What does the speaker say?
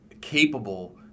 capable